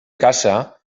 caça